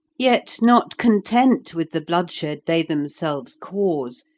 yet not content with the bloodshed they themselves cause,